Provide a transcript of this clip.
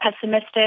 pessimistic